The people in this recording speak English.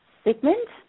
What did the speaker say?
segment